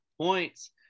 points